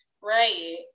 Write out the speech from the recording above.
Right